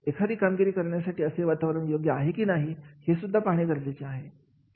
एखादी कामगिरी करण्यासाठी असे वातावरण योग्य आहे की नाही हे सुद्धा पाहणे गरजेचे आहे